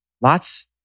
Lots